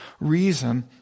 reason